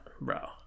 Bro